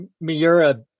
Miura